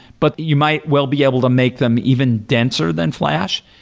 but you might well be able to make them even denser than flash.